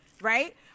right